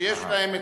שיש להם,